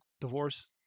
Divorce